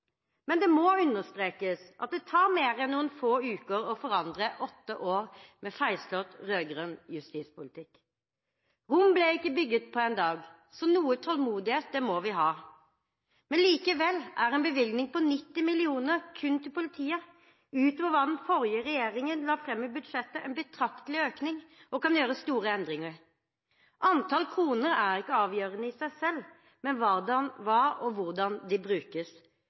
Men det må understrekes at det tar mer enn noen få uker å forandre åtte år med feilslått rød-grønn justispolitikk. Rom ble ikke bygget på én dag, så noe tålmodighet må vi ha. Likevel er en bevilgning på 90 mill. kr kun til politiet utover hva den forrige regjeringen la frem i budsjettet, en betraktelig økning, og kan gjøre store endringer. Antall kroner er ikke avgjørende i seg selv, men hva de brukes til, og hvordan.